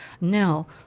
now